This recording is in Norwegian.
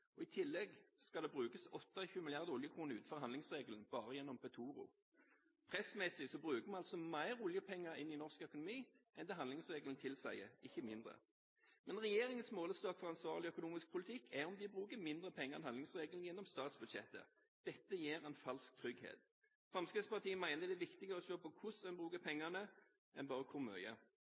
I tillegg skal det brukes 28 milliarder oljekroner utover handlingsregelen, bare gjennom Petoro. Pressmessig bruker man altså mer oljepenger inn i norsk økonomi enn det handlingsregelen tilsier, ikke mindre. Men regjeringens målestokk for en ansvarlig økonomisk politikk er om de bruker mindre penger enn handlingsregelen tillater gjennom statsbudsjettet. Dette gir en falsk trygghet. Fremskrittspartiet mener det er viktigere å se på hvordan en bruker pengene, enn bare å se på hvor mye.